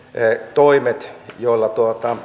toimet joilla